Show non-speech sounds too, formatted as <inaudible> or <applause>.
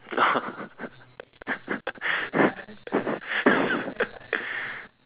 <laughs>